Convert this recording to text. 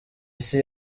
isi